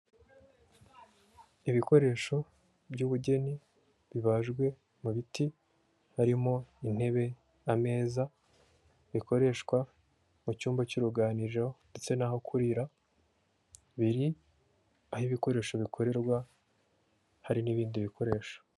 Ibikoresho by'ubugeni bibajwe mu biti harimo intebe, ameza bikoreshwa mu cyumba cy'uruganiriro ndetse n'aho kurira biri aho ibikoresho bikorerwa hari n'ibindi bikoresho.